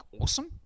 awesome